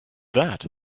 that